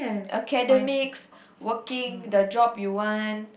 academics working the job you want